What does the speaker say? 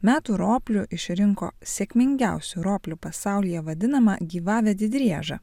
metų ropliu išrinko sėkmingiausiu ropliu pasaulyje vadinamą gyvavedį driežą